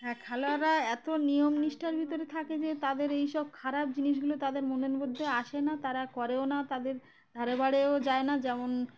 হ্যাঁ খেলোয়াড়রা এত নিয়ম নিষ্ঠার ভিতরে থাকে যে তাদের এই সব খারাপ জিনিসগুলো তাদের মনের মধ্যে আসে না তারা করেও না তাদের ধারে বাড়েও যায় না যেমন